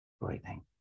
breathing